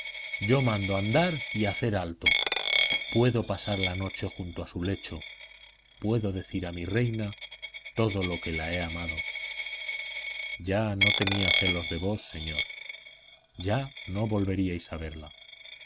yo mando andar y hacer alto puedo pasar la noche junto a su lecho puedo decir a mi reina todo lo que la he amado ya no tenía celos de vos señor ya no volveríais a